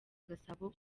gasabo